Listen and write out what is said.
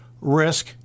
risk